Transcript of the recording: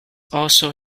also